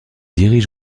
dirige